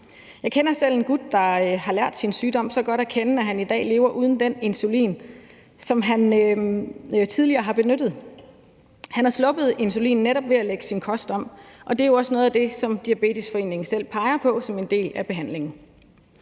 Jeg kender selv en gut, der har lært sin sygdom så godt at kende, at han i dag lever uden den insulin, som han tidligere har benyttet. Han har sluppet insulinen netop ved at lægge sin kost om, og det er også noget af det, som Diabetesforeningen selv peger på som en del af behandlingen.